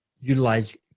utilize